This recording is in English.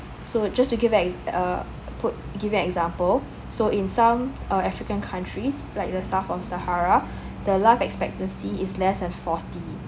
so just to give an uh put give an example so in some african countries like the south of sahara the life expectancy is less than forty